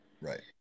Right